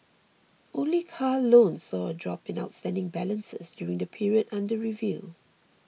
only car loans saw a drop in outstanding balances during the period under review